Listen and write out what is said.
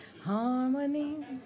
harmony